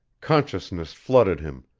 consciousness flooded him,